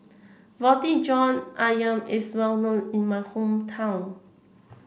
Roti John ayam is well known in my hometown